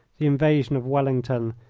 the invasion of wellington,